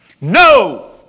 No